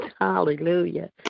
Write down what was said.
Hallelujah